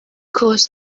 course